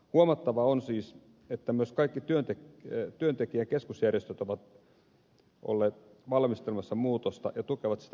huomattavaa on siis että myös kaikki työntekijä ja keskusjärjestöt ovat olleet valmistelemassa muutosta ja tukevat sitä yksimielisesti